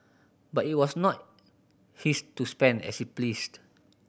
but it was not his to spend as he pleased